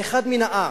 אחד מן העם,